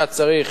היה צריך,